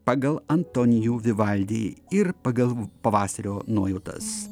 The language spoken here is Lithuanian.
pagal antonijų vivaldį ir pagal pavasario nuojautas